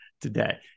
today